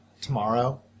tomorrow